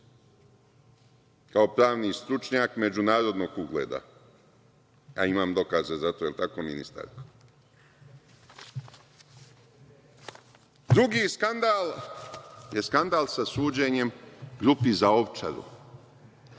kao pravni stručnjak međunarodnog ugleda, a imam dokaze za to. Je li tako, ministarko? Drugi skandal je skandal sa suđenjem grupi za Ovčaru.